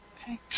Okay